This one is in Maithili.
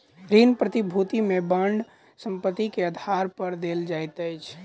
ऋण प्रतिभूति में बांड संपत्ति के आधार पर देल जाइत अछि